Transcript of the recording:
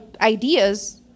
ideas